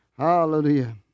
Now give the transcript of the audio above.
Hallelujah